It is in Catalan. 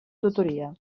tutoria